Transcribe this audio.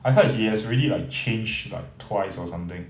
I heard he has really like changed like twice or something